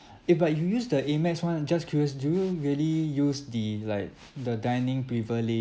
if uh you use the AMEX [one] just curious do you really use the like the dining privilege